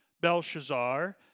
Belshazzar